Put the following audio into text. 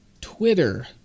Twitter